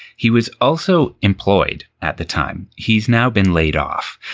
he was also employed at the time. he's now been laid off.